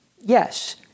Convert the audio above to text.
Yes